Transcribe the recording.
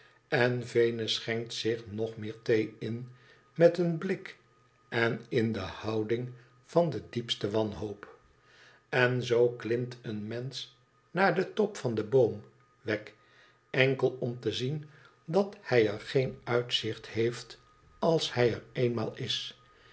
n venus schenkt zich nog meer thee in met een blik en in de houding van de diepste wanhoop n zoo klimt een mensch naar den top van den boom wegg enkel om te zien dat hij er geen uitzicht heeft als hij er eenmaal is